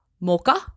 Mocha